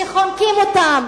שחונקים אותם,